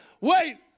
Wait